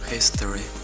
History